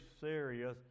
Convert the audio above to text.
serious